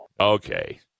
Okay